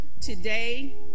Today